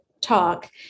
talk